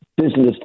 Business